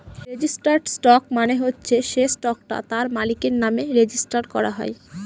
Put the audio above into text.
registered stock মানে হচ্ছে সে স্টকটা তার মালিকের নামে রেজিস্টার করা হয়